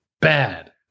bad